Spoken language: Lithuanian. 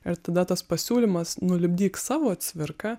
ir tada tas pasiūlymas nulipdyk savo cvirką